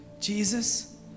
Jesus